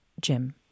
Jim